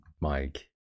Mike